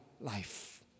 life